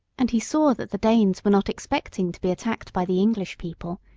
and he saw that the danes were not expecting to be attacked by the english people,